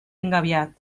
engabiat